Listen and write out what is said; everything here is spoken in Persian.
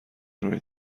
روی